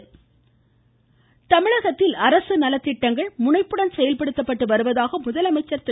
முதலமைச்சர் தமிழகத்தில் அரசு நலத்திட்டங்கள் முனைப்புடன் செயல்படுத்தப்பட்டு வருவதாக முதலமைச்சர் திரு